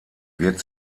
wird